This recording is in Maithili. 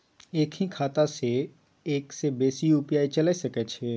एक ही खाता सं एक से बेसी यु.पी.आई चलय सके छि?